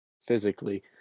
physically